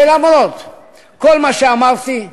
ולמרות כל מה שאמרתי,